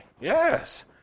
Yes